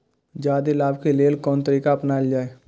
जादे लाभ के लेल कोन तरीका अपनायल जाय?